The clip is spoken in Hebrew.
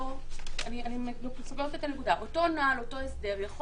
אותו הסדר,